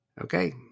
Okay